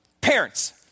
Parents